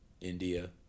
India